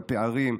הפערים.